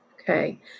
Okay